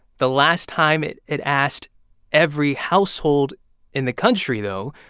the last time it it asked every household in the country, though,